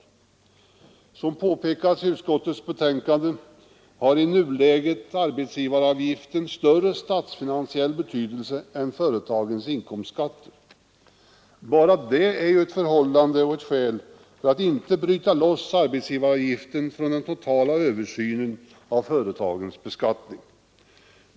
Såsom påpekats i utskottets betänkande har i nuläget arbetsgivaravgiften större statsfinansiell betydelse än företagens inkomstskatter. Bara detta förhållande är ju ett skäl för att inte bryta loss arbetsgivaravgiften från den totala översynen av företagens beskattning.